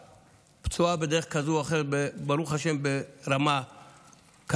הפצועה, בדרך כזאת או אחרת, ברוך השם, ברמה קלה.